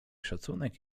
szacunek